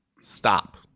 stop